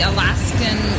Alaskan